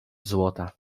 złota